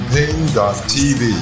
Pain.tv